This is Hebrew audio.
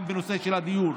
גם בנושא של הדיור,